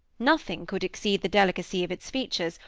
nothing could exceed the delicacy of its features,